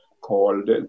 called